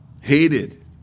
hated